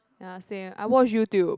ya sleep and I watch YouTube